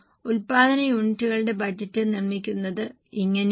ഉൽപ്പാദന യൂണിറ്റുകളുടെ ബജറ്റ് നിർമ്മിക്കുന്നത് ഇങ്ങനെയാണ്